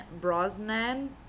Brosnan